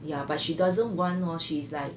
ya but she doesn't want orh she's like